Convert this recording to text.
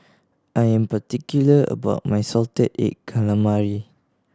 I am particular about my salted egg calamari